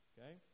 Okay